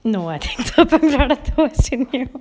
no I